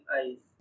eyes